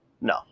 No